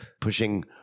pushing